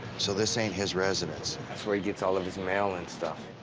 so this ain't his residence. it's where he gets all of his mail and stuff.